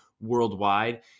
worldwide